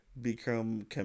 become